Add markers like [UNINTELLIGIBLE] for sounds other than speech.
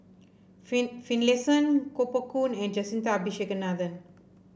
[UNINTELLIGIBLE] Finlayson Koh Poh Koon and Jacintha Abisheganaden